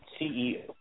CEO